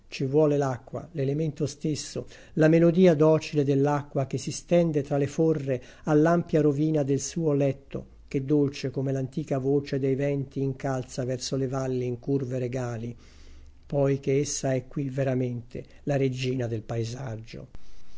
vuole l'acqua l'elemento stesso la melodia docile dell'acqua che si stende tra le forre all'ampia rovina del suo letto che dolce come l'antica voce dei venti incalza verso le valli in curve regali poi ché essa è qui veramente la regina del paesaggio